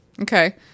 okay